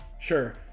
sure